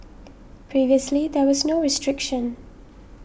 previously there was no restriction